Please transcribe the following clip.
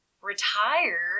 retire